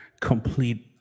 complete